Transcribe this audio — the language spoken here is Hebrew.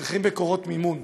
צריכים מקורות מימון.